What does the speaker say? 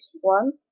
One